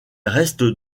reste